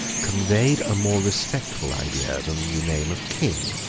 conveyed a more respectable idea than the name of king,